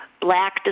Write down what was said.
black